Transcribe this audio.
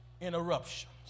interruptions